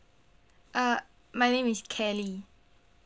uh my name is kelly